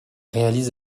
réalise